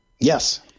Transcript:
yes